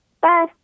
Bye